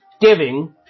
giving